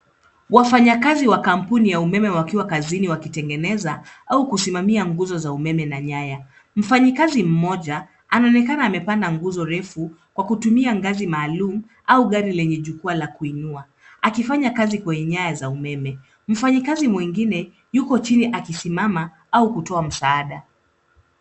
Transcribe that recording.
Wafanyakazi wa kampuni ya umeme wakiwa kazini wakitengeneza au kusimamia nguzo za ueme na nyaya. Mfanyakazi mmoja anaonekana amepanda nguzo refu kwa kutumia ngazi maaluma au gari lenye jukwaa la kuinua, akifaya kazi kwenye nyaya za umeme. Mfanyakazi mgine yuko chini akisimama au kutoa msaada.